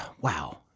wow